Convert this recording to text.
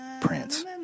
Prince